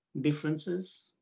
differences